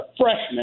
freshman